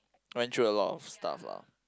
went through a lot of stuff lah